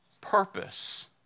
purpose